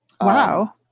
Wow